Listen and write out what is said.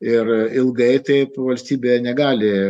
ir ilgai taip valstybė negali